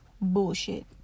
bullshit